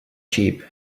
sheep